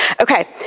Okay